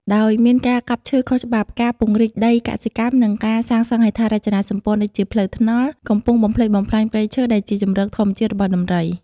ដោយមានការកាប់ឈើខុសច្បាប់ ការពង្រីកដីកសិកម្ម និងការសាងសង់ហេដ្ឋារចនាសម្ព័ន្ធ ដូចជាផ្លូវថ្នល់ កំពុងបំផ្លិចបំផ្លាញព្រៃឈើដែលជាជម្រកធម្មជាតិរបស់ដំរី។